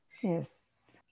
Yes